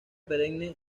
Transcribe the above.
perenne